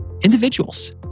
individuals